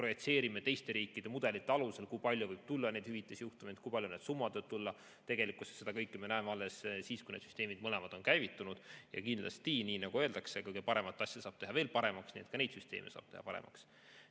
projitseerime teiste riikide mudelite alusel, kui palju võib tulla neid hüvitisjuhtumeid, kui suured need summad võivad tulla. Tegelikkuses seda kõike me näeme alles siis, kui need süsteemid mõlemad on käivitunud. Ja kindlasti, nii nagu öeldakse, ka kõige paremat asja saab teha veel paremaks, nii et ka neid süsteeme saab teha paremaks.